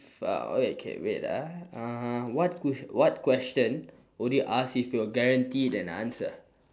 far okay K wait ah uh what ques~ what question would you ask if you're guaranteed an answer